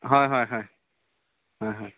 হয় হয় হয় হয় হয়